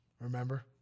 Remember